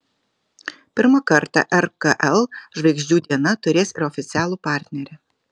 pirmą kartą rkl žvaigždžių diena turės ir oficialų partnerį